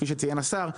כפי שציין השר,